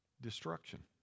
destruction